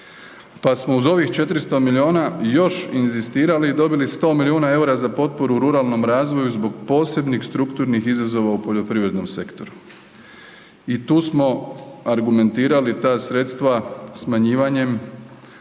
pa smo uz ovih 400 milijuna još inzistirali i dobili 100 milijuna EUR-a za potporu ruralnom razvoju zbog posebnih strukturnih izazova u poljoprivrednom sektoru i tu smo argumentirali ta sredstva smanjivanjem